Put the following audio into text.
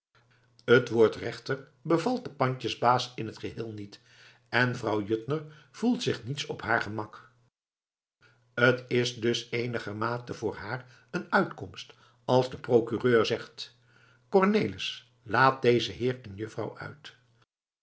t woord rechter bevalt den pandjesbaas in t geheel niet en vrouw juttner voelt zich niets op haar gemak t is dus eenigermate voor haar een uitkomst als de procureur zegt cornelis laat deze heer en juffrouw uit